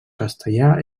castellar